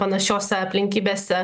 panašiose aplinkybėse